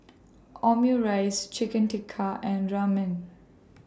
Omurice Chicken Tikka and Ramen